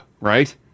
right